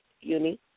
uni